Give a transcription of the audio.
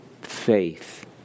faith